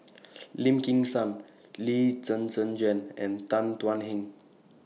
Lim Kim San Lee Zhen Zhen Jane and Tan Thuan Heng